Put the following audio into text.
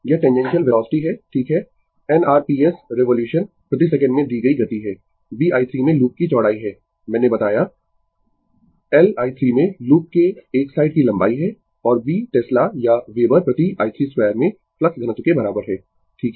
यह tangential velocity है ठीक है n r p s revolution प्रति सेकंड में दी गयी गति है b i 3 में लूप की चौड़ाई है मैंने बताया l i 3 में लूप के एक साइड की लंबाई है और B टेस्ला या वेबर प्रति i 3 2 में फ्लक्स घनत्व के बराबर है ठीक है